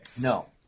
No